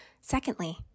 Secondly